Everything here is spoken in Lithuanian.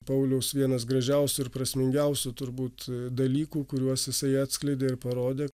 pauliaus vienas gražiausių ir prasmingiausių turbūt dalykų kuriuos jisai atskleidė ir parodė